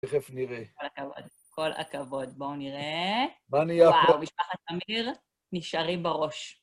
תכף נראה. כל הכבוד, כל הכבוד. בואו נראה. בוא נראה. בואו, משפחת עמיר תשארי בראש.